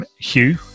Hugh